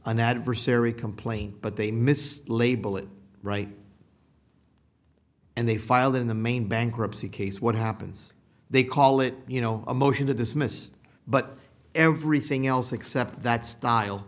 an adversary complaint but they miss label it right and they filed in the main bankruptcy case what happens they call it you know a motion to dismiss but everything else except that style